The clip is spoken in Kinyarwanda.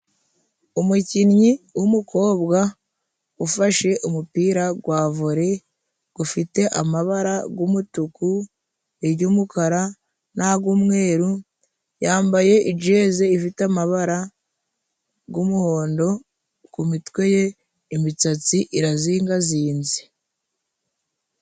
Umukinnyi w'umukobwa ufashe umupira gwa vole gufite amabara g'umutuku , iry'umukara n'ag'umweru, yambaye ijezi ifite amabara g'umuhondo kumitwe ye imitsatsi irazingazinze.